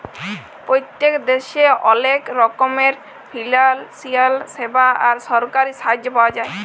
পত্তেক দ্যাশে অলেক রকমের ফিলালসিয়াল স্যাবা আর সরকারি সাহায্য পাওয়া যায়